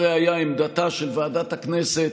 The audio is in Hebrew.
הראיה היא עמדתה של ועדת הכנסת,